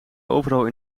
overal